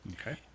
Okay